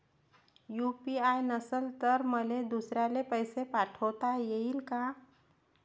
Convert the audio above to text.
UPI नसल तर मले दुसऱ्याले पैसे पाठोता येईन का?